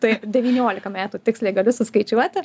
taip devyniolika metų tiksliai galiu suskaičiuoti